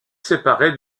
séparés